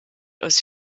aus